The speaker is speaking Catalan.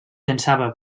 llançava